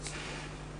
בבקשה.